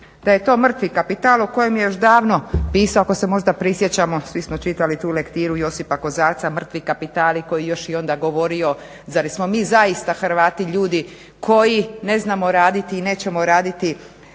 Da je to mrtvi kapital o kojem je još davno pisao ako se možda prisjećamo, svi smo čitali tu lektiru Josipa Kozarca "Mrtvi kapitali" koji je još i onda govorio zar smo mi zaista Hrvati ljudi koji ne znamo raditi i nećemo raditi